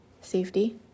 safety